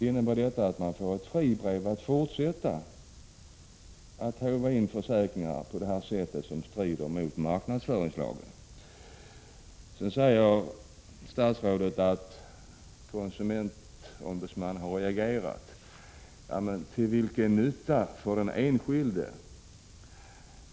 Innebär det att man fått ett fribrev att fortsätta att håva in pengar för försäkringar på detta sätt, som strider mot marknadsföringslagen? Sedan säger statsrådet att konsumentombudsmannen har reagerat. Men till vilken nytta för den enskilde?